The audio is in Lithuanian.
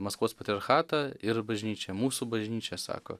maskvos patriarchatą ir bažnyčią mūsų bažnyčia sako